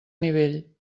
nivell